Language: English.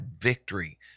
victory